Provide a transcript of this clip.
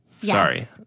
sorry